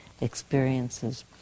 experiences